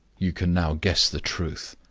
you can now guess the truth.